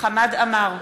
חמד עמאר,